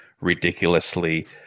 ridiculously